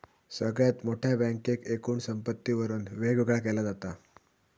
सगळ्यात मोठ्या बँकेक एकूण संपत्तीवरून वेगवेगळा केला जाता